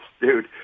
dude